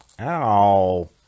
Ow